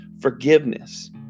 forgiveness